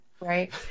right